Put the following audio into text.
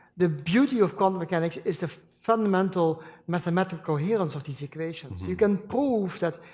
the beauty of quantum mechanics is the fundamental mathematical coherence of these equations. you can prove that,